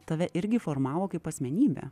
tave irgi formavo kaip asmenybę